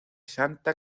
santa